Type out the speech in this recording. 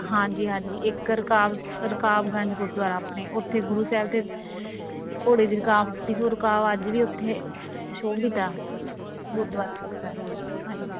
ਹਾਂਜੀ ਹਾਂਜੀ ਇੱਕ ਰਕਾਬ ਰਕਾਬਗੰਜ ਗੁਰਦੁਆਰਾ ਆਪਣੇ ਉੱਥੇ ਗੁਰੂ ਸਾਹਿਬ ਦੇ ਘੋੜੇ ਦੀ ਰਕਾਬ ਟੁੱਟੀ ਸੀ ਉਹ ਰਕਾਬ ਅੱਜ ਵੀ ਉੱਥੇ ਸੁਸ਼ੋਭਿਤ ਆ ਗੁਰਦੁਆਰੇ ਦੇ ਅੰਦਰ ਹਾਂਜੀ